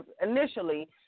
initially